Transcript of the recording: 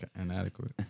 inadequate